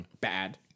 bad